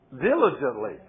Diligently